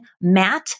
Matt